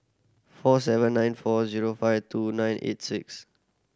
four seven nine four zero five two nine eight six